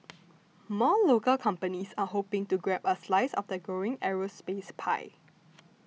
more local companies are hoping to grab a slice of the growing aerospace pie